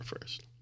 first